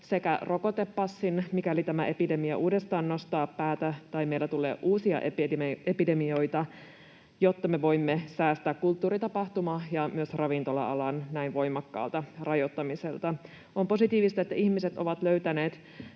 sekä rokotepassin, mikäli tämä epidemia uudestaan nostaa päätään tai meille tulee uusia epidemioita, jotta me voimme säästää kulttuuri-, tapahtuma- ja myös ravintola-alan näin voimakkaalta rajoittamiselta. On positiivista, että ihmiset ovat löytäneet